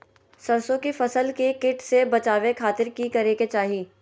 सरसों की फसल के कीट से बचावे खातिर की करे के चाही?